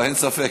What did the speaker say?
אין ספק.